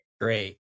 Great